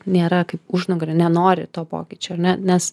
nėra kaip užnugary nenori to pokyčio ar ne nes